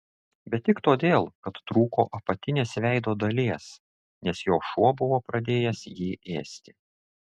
bet tik todėl kad trūko apatinės veido dalies nes jo šuo buvo pradėjęs jį ėsti